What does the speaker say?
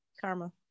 Karma